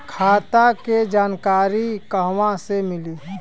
खाता के जानकारी कहवा से मिली?